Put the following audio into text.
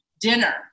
Dinner